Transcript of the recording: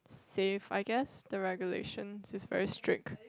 safe I guess the regulation is very strict